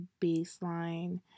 baseline